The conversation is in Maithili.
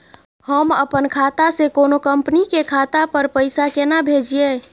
हम अपन खाता से कोनो कंपनी के खाता पर पैसा केना भेजिए?